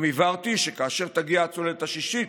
גם הבהרתי שכאשר תגיע הצוללת השישית,